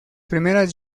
primeras